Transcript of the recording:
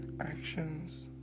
actions